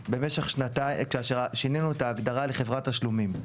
כאשר שינינו את ההגדרה לחברת תשלומים.